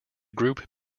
group